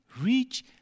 reach